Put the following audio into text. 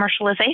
commercialization